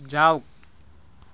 যাওক